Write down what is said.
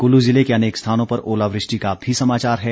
कुल्लू जिले के अनेक स्थानों पर ओलावृष्टि का भी समाचार है